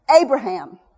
Abraham